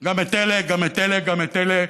גם את אלה גם את אלה גם את אלה,